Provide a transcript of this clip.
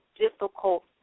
difficult